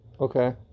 okay